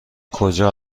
کجا